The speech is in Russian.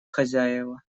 хозяева